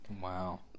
Wow